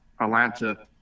Atlanta